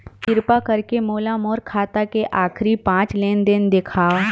किरपा करके मोला मोर खाता के आखिरी पांच लेन देन देखाव